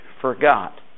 forgot